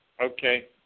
Okay